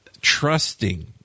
Trusting